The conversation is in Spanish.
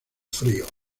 frío